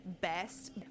best